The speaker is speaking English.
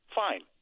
fine